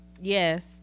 Yes